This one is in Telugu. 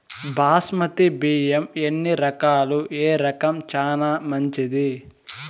బాస్మతి బియ్యం ఎన్ని రకాలు, ఏ రకం చానా మంచిది?